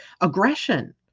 Aggression